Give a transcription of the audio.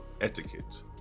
etiquette